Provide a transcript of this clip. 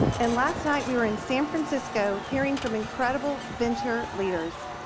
and last night we were in san francisco, hearing from incredible venture lead ers.